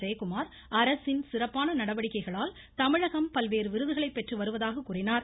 ஜெயக்குமார் அரசின் சிறப்பான நடவடிக்கைகளால் தமிழகம் பல்வேறு விருதுகளை பெற்று வருவதாக கூறினார்